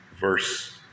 verse